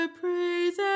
praise